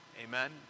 Amen